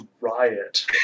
riot